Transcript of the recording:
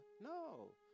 No